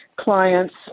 clients